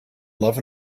love